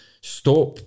Stop